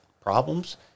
problems